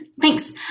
Thanks